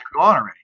already